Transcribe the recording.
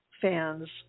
fans